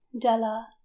della